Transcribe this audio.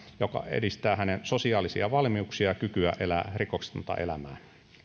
joka edistää hänen sosiaalisia valmiuksiaan ja kykyä elää rikoksetonta elämää